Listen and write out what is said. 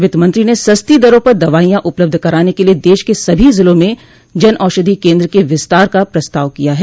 वित्त मंत्री ने सस्ती दरों पर दवाईं यां उपलब्ध कराने के लिए देश के सभी जिला में जनऔषधि केंद्र के विस्तार का प्रस्ताव किया है